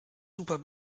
super